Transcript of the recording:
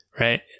right